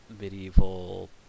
medieval